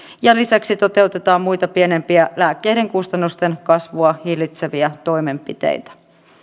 ja lisäksi toteutetaan muita pienempiä lääkkeiden kustannusten kasvua hillitseviä toimenpiteitä